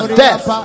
death